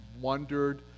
wondered